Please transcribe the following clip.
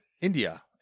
india